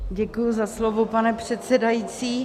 Děkuji za slovo, pane předsedající.